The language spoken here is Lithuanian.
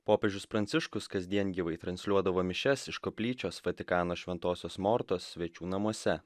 popiežius pranciškus kasdien gyvai transliuodavo mišias iš koplyčios vatikano šventosios mortos svečių namuose